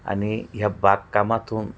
आणि ह्या बागकामातून